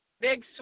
Big